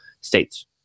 states